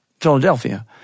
Philadelphia